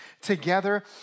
together